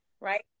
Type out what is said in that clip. right